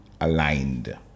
aligned